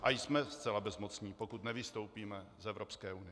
A jsme zcela bezmocní, pokud nevystoupíme z Evropské unie.